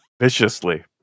Viciously